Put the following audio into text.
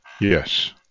Yes